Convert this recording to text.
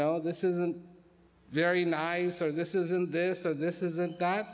know this isn't very nice or this isn't this or this isn't that